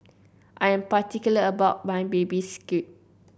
I am particular about my Baby Squid